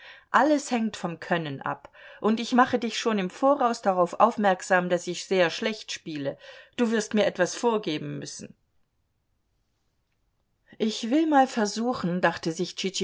alles hängt vom können ab und ich mache dich schon im voraus darauf aufmerksam daß ich sehr schlecht spiele du wirst mir etwas vorgeben müssen ich will mal versuchen dachte sich